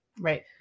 Right